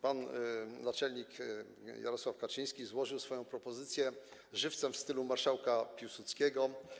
Pan naczelnik Jarosław Kaczyński złożył swoją propozycję jako żywo w stylu marszałka Piłsudskiego.